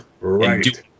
Right